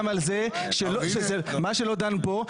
מה שלא דנו פה,